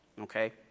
okay